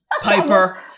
Piper